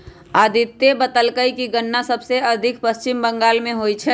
अदित्य बतलकई कि गन्ना सबसे अधिक पश्चिम बंगाल में होई छई